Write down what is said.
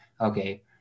okay